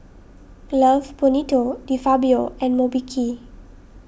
Love Bonito De Fabio and Mobike